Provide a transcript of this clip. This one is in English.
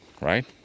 Right